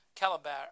calabar